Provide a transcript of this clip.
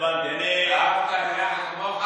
ואהבת לרעך כמוך